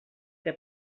que